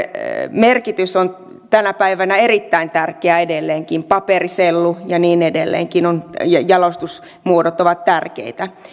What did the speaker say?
merkitys on tänä päivänä erittäin tärkeä edelleenkin paperi sellu ja niin edelleen jalostusmuodot ovat tärkeitä